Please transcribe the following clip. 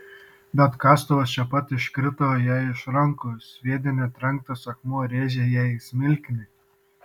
bet kastuvas čia pat iškrito jai iš rankų sviedinio trenktas akmuo rėžė jai į smilkinį